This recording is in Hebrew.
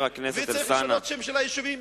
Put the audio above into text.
וצריך לשנות את השם של היישובים.